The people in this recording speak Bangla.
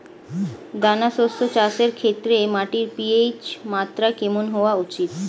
দানা শস্য চাষের ক্ষেত্রে মাটির পি.এইচ মাত্রা কেমন হওয়া উচিৎ?